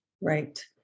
Right